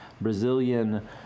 Brazilian